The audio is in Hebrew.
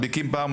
מדביקים פער.